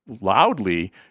loudly